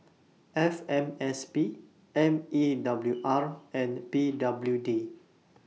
F M S P M E A W R and P W D